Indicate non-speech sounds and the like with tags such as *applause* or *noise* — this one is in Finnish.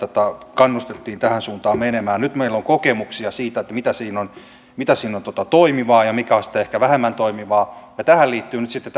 kannustimme tähän suuntaan menemään nyt meillä on kokemuksia siitä mikä siinä on toimivaa ja mikä on sitten ehkä vähemmän toimivaa ja tähän liittyy nyt sitten *unintelligible*